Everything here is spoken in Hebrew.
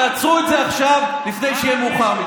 תעצרו את זה עכשיו, לפני שיהיה מאוחר מדי.